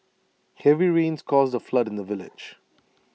heavy rains caused A flood in the village